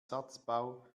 satzbau